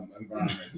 environment